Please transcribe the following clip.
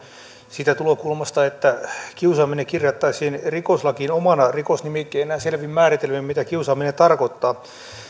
siitä tulokulmasta että kiusaaminen kirjattaisiin rikoslakiin omana rikosnimikkeenään selvin määritelmin mitä kiusaaminen tarkoittaa